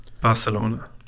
Barcelona